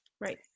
Right